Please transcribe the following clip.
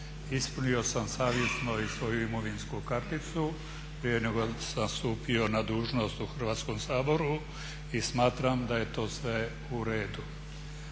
Ispunio sam savjesno i svoju imovinsku karticu prije nego sam stupio na dužnost u Hrvatskom saboru i smatram da je to sve uredu.